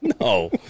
No